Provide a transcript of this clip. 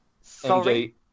Sorry